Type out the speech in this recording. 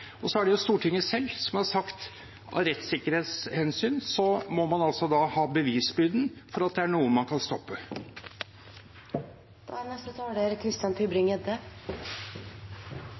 Stortinget selv har sagt at av rettssikkerhetshensyn må man ha bevisbyrden for at det er noe som man kan stoppe. Jeg forstår på statsråden og på justisministeren at det ikke er